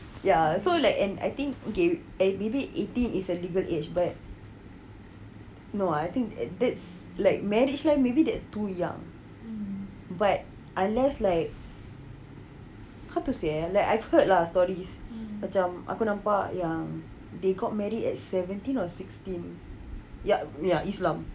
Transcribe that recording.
ya so like I think okay maybe eighteen is a legal age but no I think that's like marriage like maybe that's too young but unless like how to say like ah I've heard lah stories macam aku nampak yang they got married at seventeen or sixteen ya islam